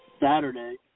Saturday